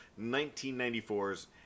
1994's